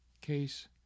case